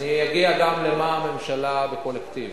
אני אגיע גם למה שהממשלה בקולקטיב,